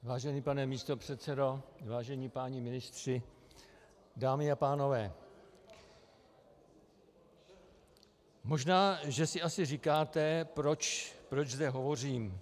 Vážený pane místopředsedo, vážení páni ministři, dámy a pánové, možná si říkáte, proč zde hovořím.